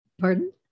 Pardon